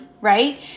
right